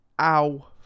Ow